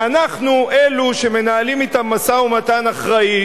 ואנחנו אלו שמנהלים אתם משא-ומתן אחראי